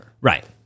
right